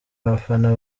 abafana